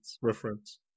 Reference